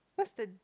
what's this